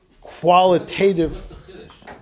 qualitative